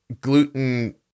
Gluten